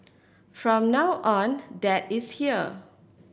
from now on dad is here